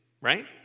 right